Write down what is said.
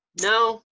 no